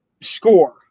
score